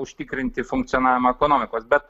užtikrinti funkcionavimą ekonomikos bet